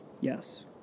Yes